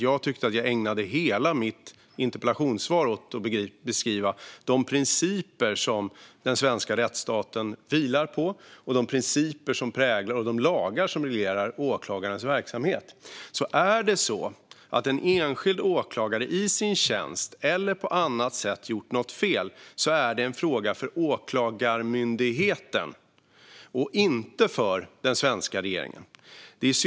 Jag tyckte att jag ägnade hela mitt interpellationssvar åt att beskriva de principer som den svenska rättsstaten vilar på och de principer och lagar som reglerar åklagarens verksamhet. Om en enskild åklagare i sin tjänst eller på annat sätt har gjort något fel är det en fråga för Åklagarmyndigheten och inte för den svenska regeringen.